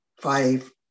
five